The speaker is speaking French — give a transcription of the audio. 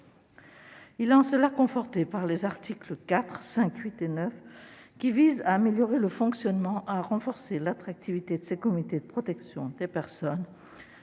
Il est en cela conforté par les articles 4, 5, 8 et 9, qui visent à améliorer le fonctionnement et à renforcer l'attractivité de ces comités de protection des personnes,